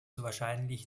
wahrscheinlich